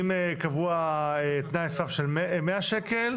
אם קבוע תנאי סף של 100 שקל,